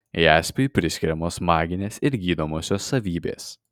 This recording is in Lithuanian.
jaspiui priskiriamos maginės ir gydomosios savybės